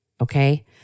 okay